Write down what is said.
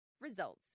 RESULTS